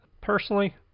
Personally